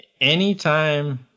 anytime